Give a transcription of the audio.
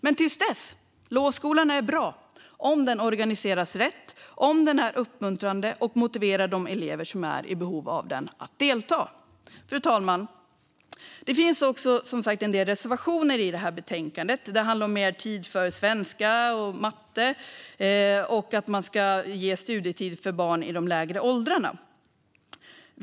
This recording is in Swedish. Men till dess: Lovskolan är bra om den organiseras rätt, om den är uppmuntrande och motiverar de elever som är i behov av den att delta. Fru talman! Det finns som sagt också en del reservationer i betänkandet. De handlar om mer tid för svenska och matte och att man ska ge studietid för barn i de lägre åldrarna.